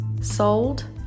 sold